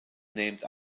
named